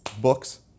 books